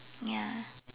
ya